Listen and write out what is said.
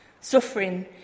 Suffering